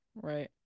Right